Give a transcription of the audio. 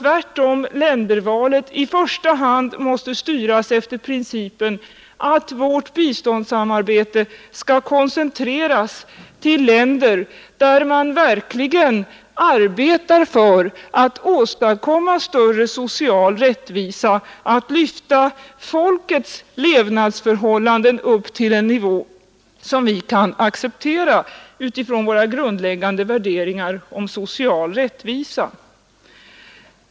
Vårt biståndssamarbete måste tvärtom i första hand koncentreras till länder där man verkligen arbetar för att åstadkomma större social rättvisa och att lyfta folkets levnadsförhållanden upp till en nivå som vi kan acceptera med utgångspunkt från våra grundläggande värderingar när det gäller social rättvisa.